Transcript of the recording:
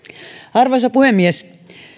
arvoisa puhemies